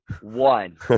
One